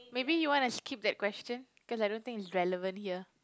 maybe you want to skip that question cause I don't think it's relevant here